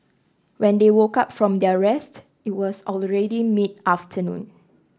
when they woke up from their rest it was already mid afternoon